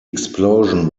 explosion